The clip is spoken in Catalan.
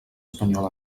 espanyol